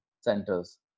centers